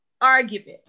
argument